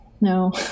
no